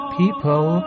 people